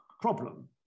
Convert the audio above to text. problem